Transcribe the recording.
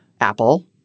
Apple